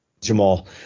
Jamal